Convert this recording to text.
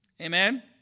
Amen